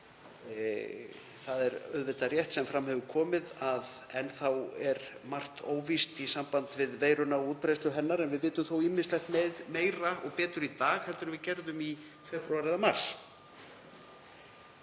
Það er auðvitað rétt sem fram hefur komið að enn þá er margt óvíst í sambandi við veiruna og útbreiðslu hennar en við vitum þó ýmislegt meira og betur í dag en við gerðum í febrúar eða mars.